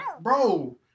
bro